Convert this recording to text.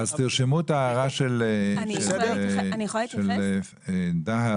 אז תרשמו את ההערה של דאהר.